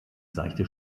seichte